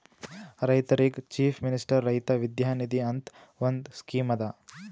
ರೈತರಿಗ್ chief minister ರೈತ ವಿದ್ಯಾ ನಿಧಿ ಅಂತ್ ಒಂದ್ ಸ್ಕೀಮ್ ಅದಾ